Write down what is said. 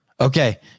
Okay